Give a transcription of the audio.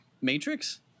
Matrix